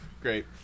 Great